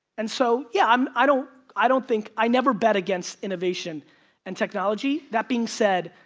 and so yeah, um i don't i don't think, i never bet against innovation and technology. that being said,